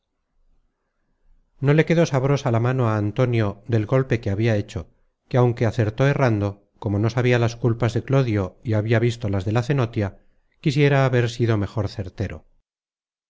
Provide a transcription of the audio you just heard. no le quedó sabrosa la mano á antonio del golpe que habia hecho que aunque acertó errando como no sabia las culpas de clodio y habia visto las de la cenotia quisiera haber sido mejor certero